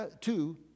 two